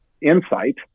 insight